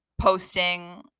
posting